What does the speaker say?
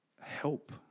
help